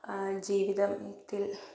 ജീവിതത്തിൽ